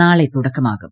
നാളെ തുടക്കമാകും